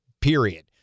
period